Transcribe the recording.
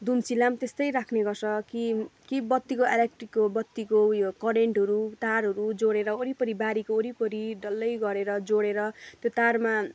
दुम्सीलाई त्यस्तै राख्ने गर्छ कि कि बत्तीको इलेक्ट्रिकको बत्तीको उयो करेन्टहरू तारहरू जोडेर वरिपरि बारीको वरिपरि डल्लै गरेर जोडेर त्यो तारमा